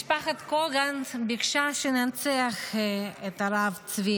משפחת קוגן ביקשה שננציח את הרב צבי,